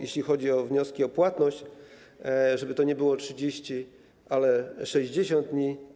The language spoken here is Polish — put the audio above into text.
Jeśli chodzi o wnioski o płatność, proponujemy, żeby to nie było 30, ale 60 dni.